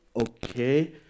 okay